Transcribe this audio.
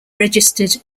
registered